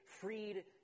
freed